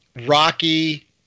Rocky